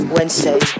Wednesday